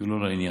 זה לא לעניין.